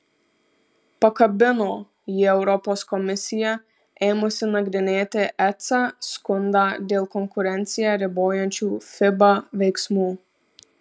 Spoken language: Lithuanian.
pakabino jį europos komisija ėmusi nagrinėti eca skundą dėl konkurenciją ribojančių fiba veiksmų